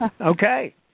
okay